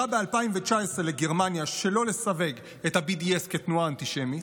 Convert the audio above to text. וקראה ב-2019 לגרמניה שלא לסווג את ה-BDS כתנועה אנטישמית.